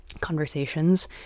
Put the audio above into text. conversations